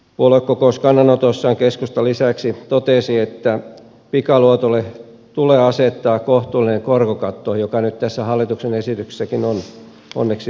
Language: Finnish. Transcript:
puoluekokouskannanotossaan keskusta lisäksi totesi että pikaluotolle tulee asettaa kohtuullinen korkokatto joka nyt tässä hallituksen esityksessäkin on onneksi olemassa